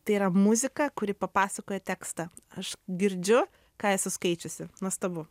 tai yra muzika kuri papasakoja tekstą aš girdžiu ką esi skaičiusi nuostabu